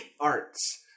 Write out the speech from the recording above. arts